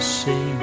say